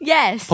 Yes